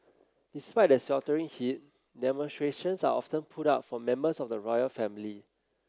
despite the sweltering heat demonstrations are often put up for members of the royal family